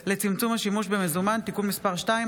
סיימתי.